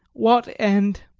what end.